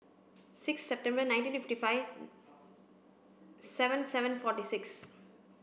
six September nineteen fifty five seven seven forty six